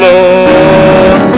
Lord